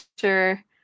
sure